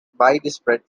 widespread